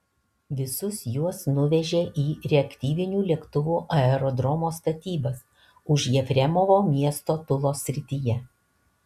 visus juos nuvežė į reaktyvinių lėktuvų aerodromo statybas už jefremovo miesto tulos srityje